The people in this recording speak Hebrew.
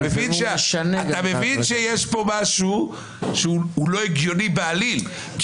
אתה מבין שיש פה משהו שהוא לא הגיוני בעליל,